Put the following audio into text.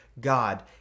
God